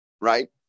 right